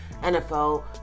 NFL